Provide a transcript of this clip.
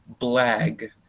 Blag